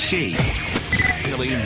Billy